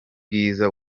bwiza